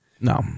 No